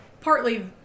partly